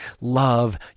love